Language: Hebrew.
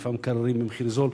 היא מחליפה מקררים במחיר זול.